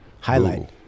Highlight